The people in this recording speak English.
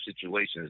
situations